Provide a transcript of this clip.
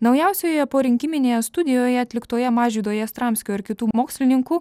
naujausioje porinkiminėje studijoje atliktoje mažvydo jastramskio ir kitų mokslininkų